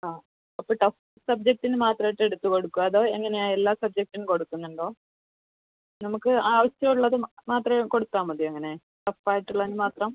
ആ അപ്പോൾ ടഫ് സബ്ജക്റ്റിന് മാത്രമായിട്ട് എടുത്ത് കൊടുക്കുമോ അതോ എങ്ങനെയാണ് എല്ലാ സബ്ജക്റ്റിനും കൊടുക്കുന്നുണ്ടോ നമുക്ക് ആവശ്യം ഉള്ളത് മാത്രമേ കൊടുത്താൽ മതിയോ അങ്ങനെ ടഫ് ആയിട്ട് ഉള്ളതിന് മാത്രം